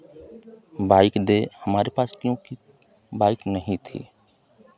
bike दे हमारे पास क्योंकि बाइक नहीं थी